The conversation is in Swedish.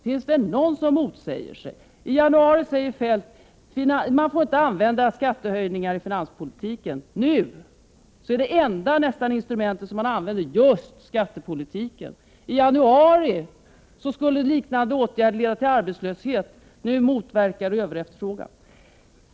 Finns det någon som motsäger sig själv? I januari sade Kjell-Olof Feldt att man inte får använda skattehöjningar i finanspolitiken. Nu är skattepolitiken nästan det enda instrument som regeringen använder. I januari skulle liknande åtgärder enligt regeringen leda till arbetslöshet. Nu skall liknande åtgärder motverka överefterfrågan.